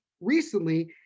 recently